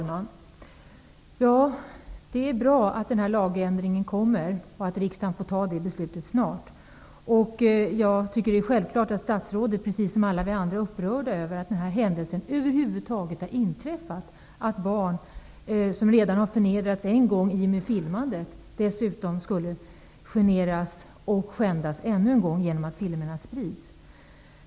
Herr talman! Det är bra att den här lagändringen kommer till stånd och att riksdagen kan fatta det beslutet snart. Det är självklart att statsrådet -- precis som alla vi andra -- är upprörd över att denna händelse över huvud taget har inträffat, att barn som redan har förnedrats en gång i och med filmandet dessutom generas och skändas ännu en gång genom att filmerna sprids.